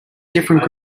different